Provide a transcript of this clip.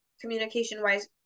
communication-wise